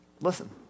Listen